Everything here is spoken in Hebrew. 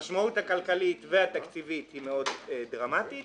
המשמעות הכלכלית והתקציבית היא מאוד דרמטית.